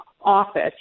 office